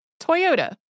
Toyota